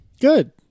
Good